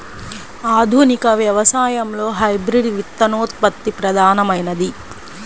ఆధునిక వ్యవసాయంలో హైబ్రిడ్ విత్తనోత్పత్తి ప్రధానమైనది